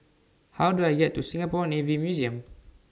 How Do I get to Singapore Navy Museum